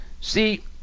See